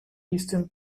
eastern